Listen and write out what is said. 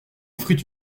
offrit